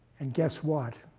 and guess what?